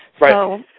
Right